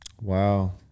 Wow